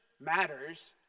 matters